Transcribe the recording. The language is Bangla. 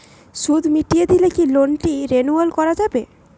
সুদ মিটিয়ে দিলে কি লোনটি রেনুয়াল করাযাবে?